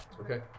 okay